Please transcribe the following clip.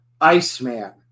iceman